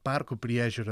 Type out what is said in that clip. parkų priežiūra